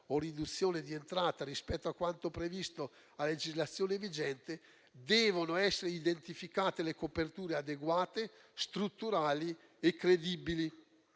o riduzione di entrata rispetto a quanto previsto a legislazione vigente, devono essere identificate le coperture adeguate strutturali e credibili.